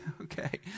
Okay